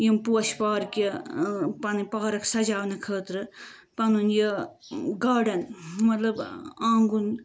یِم پوشہِ پارکہِ پَنٕنۍ پارک سجاونہٕ خٲطرٕ پَنُن یہِ گاڈن مطلب آںگُن